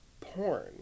porn